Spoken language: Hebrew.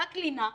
רק לינה,